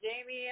Jamie